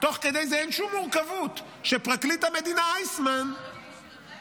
תוך כדי זה אין שום מורכבות שפרקליט המדינה איסמן יחליט